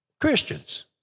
Christians